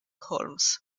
holmes